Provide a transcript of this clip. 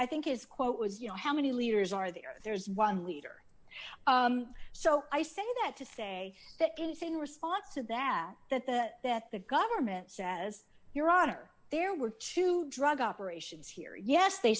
i think his quote was you know how many leaders are the earth there's one leader so i say that to say that anything response to that that the that the government says your honor there were two drug operations here yes they